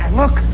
look